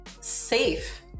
safe